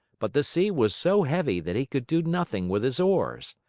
but the sea was so heavy that he could do nothing with his oars.